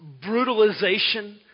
brutalization